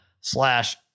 slash